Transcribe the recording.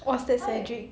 what's that cedric